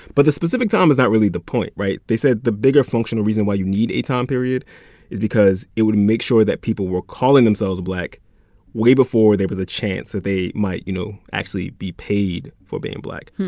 but the specific time is not really the point, right? they said the bigger functional reason why you need a time period is because it would make sure that people were calling themselves a black way before there was a chance that they might, you know, actually be paid for being black.